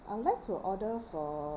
I would like to order for